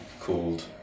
called